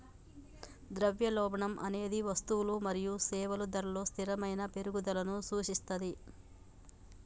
ద్రవ్యోల్బణం అనేది వస్తువులు మరియు సేవల ధరలలో స్థిరమైన పెరుగుదలను సూచిస్తది